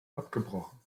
abgebrochen